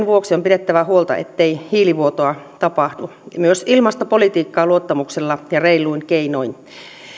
vuoksi on pidettävä huolta ettei hiilivuotoa tapahdu myös ilmastopolitiikkaa luottamuksella ja reiluin keinoin